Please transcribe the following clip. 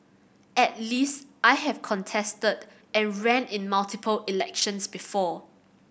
at least I have contested and ran in multiple elections before